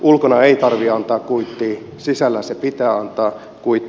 ulkona ei tarvitse antaa kuittia sisällä pitää antaa kuitti